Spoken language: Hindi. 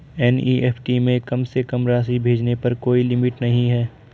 एन.ई.एफ.टी में कम से कम राशि भेजने पर कोई लिमिट नहीं है